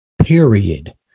Period